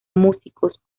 músicos